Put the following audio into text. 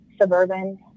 suburban